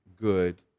good